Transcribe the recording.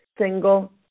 single